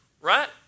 right